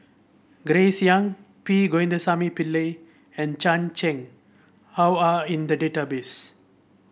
Grace Young P Govindasamy Pillai and Chan Chang How are in the database